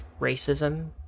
racism